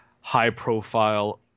high-profile